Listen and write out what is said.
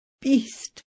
beast